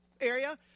area